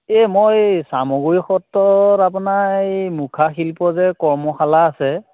এ মই চামগুৰি সত্ৰত আপোনাৰ এই মুখা শিল্প যে কৰ্মশালা আছে